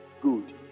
Good